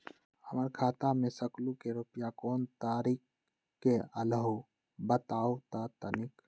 हमर खाता में सकलू से रूपया कोन तारीक के अलऊह बताहु त तनिक?